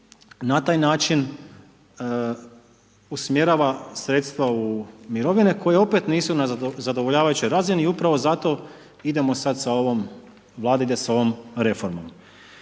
na taj način usmjerava sredstva u mirovine, koje opet nisu na zadovoljavajućoj razini, i upravo zato idemo sad sa ovom, Vlada ide s ovom reformom.